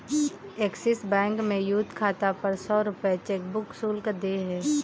axis Bank में youth खाता पर सौ रूपये चेकबुक शुल्क देय है